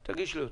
תגיש לי אותו.